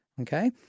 okay